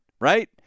right